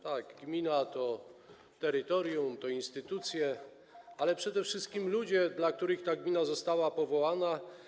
Tak, gmina to jest terytorium, to są instytucje, ale przede wszystkim to są ludzie, dla których gmina została powołana.